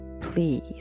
please